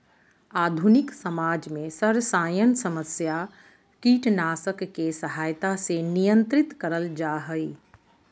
आधुनिक समाज में सरसायन समस्या कीटनाशक के सहायता से नियंत्रित करल जा हई